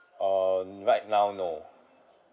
um right now no